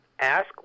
ask